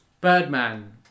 Birdman